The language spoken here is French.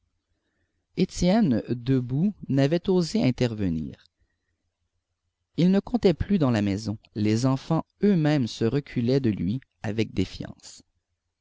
étienne debout n'avait osé intervenir il ne comptait plus dans la maison les enfants eux-mêmes se reculaient de lui avec défiance